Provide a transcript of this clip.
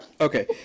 Okay